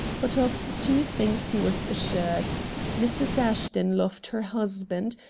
but of two things he was assured mrs. ashton loved her husband,